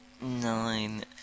Nine